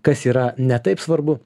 kas yra ne taip svarbu